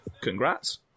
Congrats